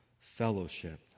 fellowship